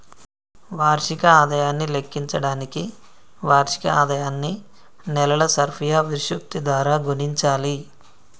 వార్షిక ఆదాయాన్ని లెక్కించడానికి వార్షిక ఆదాయాన్ని నెలల సర్ఫియా విశృప్తి ద్వారా గుణించాలి